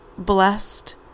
blessed